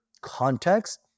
context